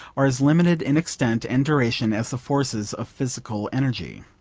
are as limited in extent and duration as the forces of physical energy.